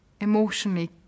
emotionally